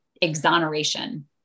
exoneration